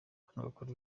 agakora